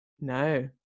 no